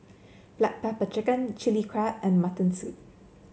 Black Pepper Chicken Chili Crab and Mutton Soup